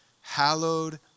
hallowed